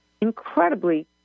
incredibly